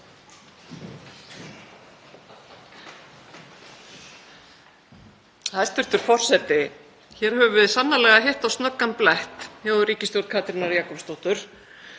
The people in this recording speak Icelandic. Hæstv. forseti. Hér höfum við sannarlega hitt á snöggan blett hjá ríkisstjórn Katrínar Jakobsdóttur